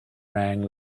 rang